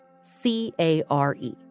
C-A-R-E